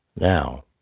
Now